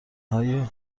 های